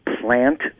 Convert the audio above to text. plant